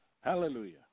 Hallelujah